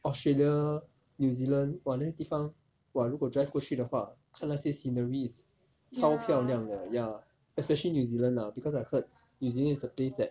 australia new zealand !wah! 那些地方我如果 drive 过去的话看那些 sceneries 超漂亮的 ya especially new zealand lah because I heard new zealand is a place that